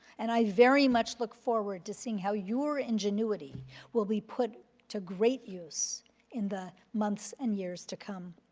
and i very much look forward to seeing how your ingenuity will be put to great use in the months and years to come.